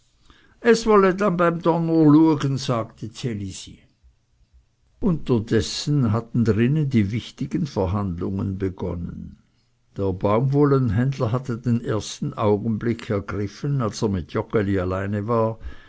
es wolle dann beim donner luegen sagte ds elisi unterdessen hatten drinnen die wichtigen verhandlungen begonnen der baumwollenhändler hatte den ersten augenblick ergriffen als er mit joggeli alleine war